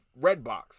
Redbox